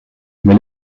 mais